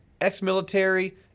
ex-military